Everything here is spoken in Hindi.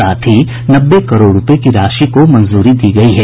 साथ ही नब्बे करोड़ रूपये की राशि को मंजूरी दी गयी है